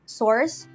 source